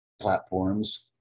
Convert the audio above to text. platforms